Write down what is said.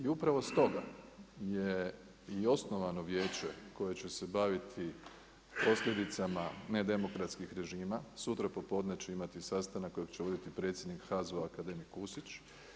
I upravo stoga je i osnovano vijeće koje će se baviti posljedicama nedemokratskih režima, sutra popodne će imati sastanak kojeg će voditi predsjednik HAZU-a akademik Kusić.